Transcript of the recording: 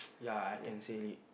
ya I can say it